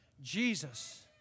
Jesus